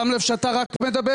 אתה שם לב שאתה רק מדבר?